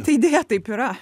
tai deja taip yra